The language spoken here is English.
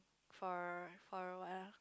for for what ah